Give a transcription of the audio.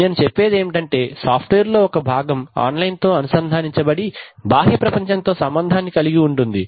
నేను చెప్పేది ఏంటంటే సాఫ్ట్ వేర్ లో ఒక భాగము ఆన్ లైన్ తో అనుసంధానించబడి బాహ్య ప్రపంచం తో సంబంధాన్ని కలిగి ఉంటుంది